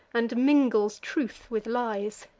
and mingles truth with lies.